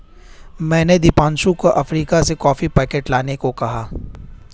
मैंने दीपांशु को अफ्रीका से कॉफी पैकेट लाने को कहा है